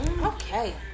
Okay